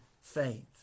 faith